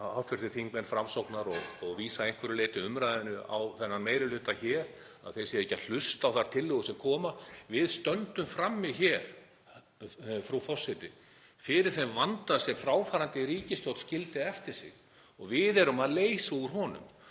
hv. þingmenn Framsóknar og vísa að einhverju leyti umræðunni á þennan meiri hluta hér, að hann sé ekki að hlusta á þær tillögur sem koma — við stöndum, frú forseti, frammi fyrir þeim vanda sem fráfarandi ríkisstjórn skildi eftir sig og við erum að leysa úr honum.